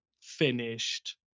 finished